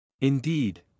Indeed